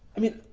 i mean,